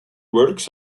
works